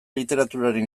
literaturaren